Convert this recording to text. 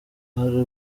hari